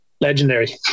legendary